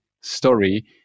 story